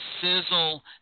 sizzle